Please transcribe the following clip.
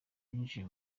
winjiye